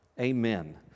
Amen